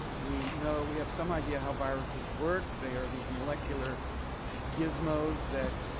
we you know we have some idea how viruses work. they are these molecular gizmos that